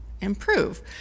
improve